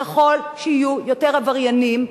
ככל שיהיו יותר עבריינים,